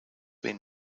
been